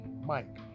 Mike